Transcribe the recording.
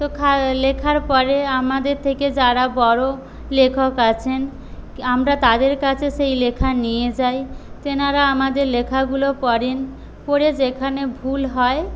তো লেখার পরে আমাদের থেকে যারা বড়ো লেখক আছেন আমরা তাদের কাছে সেই লেখা নিয়ে যাই তেনারা আমাদের লেখাগুলো পড়েন পড়ে যেখানে ভুল হয়